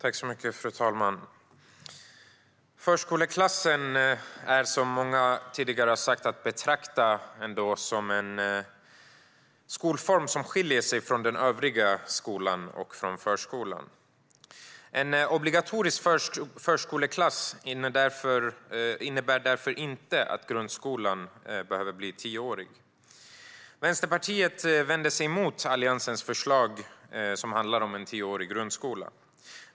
Fru talman! Förskoleklassen är som många tidigare har sagt att betrakta som en skolform som skiljer sig från den övriga skolan och från förskolan. En obligatorisk förskoleklass innebär därför inte att grundskolan behöver bli tioårig. Vänsterpartiet vänder sig emot Alliansens förslag om en tioårig grundskola.